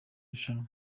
rushanwa